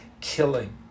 killing